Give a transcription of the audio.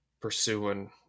pursuing